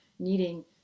needing